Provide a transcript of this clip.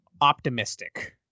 optimistic